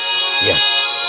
yes